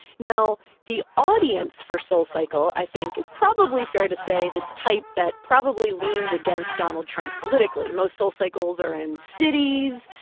now, the audience for soulcycle, i think, is probably fair to say the type that probably leans against donald trump politically. most soulcycles are in cities.